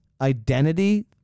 identity